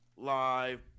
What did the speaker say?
live